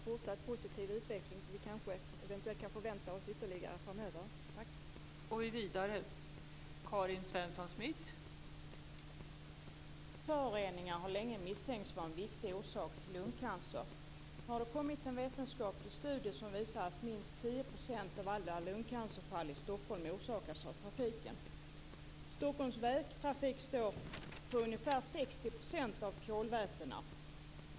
Fru talman! Trafikens luftföroreningar har länge misstänkts vara en viktig orsak till lungcancer. Nu har det kommit en vetenskaplig studie som visar att minst Stockholms vägtrafik står för ungefär 60 % av kolvätena.